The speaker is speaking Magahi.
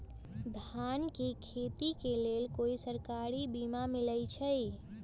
धान के खेती के लेल कोइ सरकारी बीमा मलैछई?